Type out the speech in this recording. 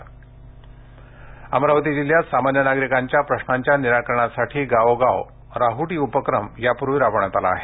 राहूटी अमरावती जिल्ह्यात सामान्य नागरिकांच्या प्रश्नांच्या निराकरणासाठी गावोगाव राहूटी उपक्रम यापूर्वी राबविण्यात आला आहे